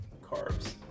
carbs